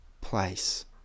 place